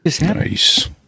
Nice